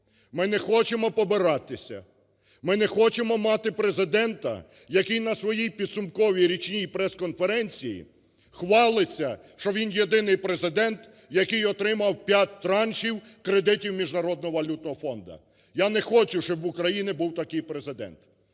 Ми не хочемопобиратися. Ми не хочемо мати Президента, який на своїй підсумковій річній прес-конференції хвалиться, що він єдиний Президент, який отримав п'ять траншів кредитів Міжнародного валютного фонду. Я не хочу, щоб в Україні був такий Президент.